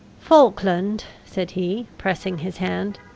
falkland, said he, pressing his hand,